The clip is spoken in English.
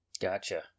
gotcha